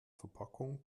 verpackung